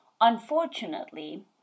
Unfortunately